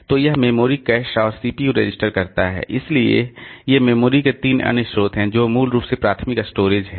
तो यह memory cache और सीपीयू रजिस्टर करता है इसलिए ये मेमोरी के तीन अन्य स्रोत हैं जो मूल रूप से प्राथमिक स्टोरेज हैं